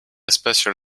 special